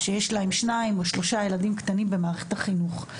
אנשים עובדים שיש להם שניים או שלושה ילדים קטנים במערכת החינוך.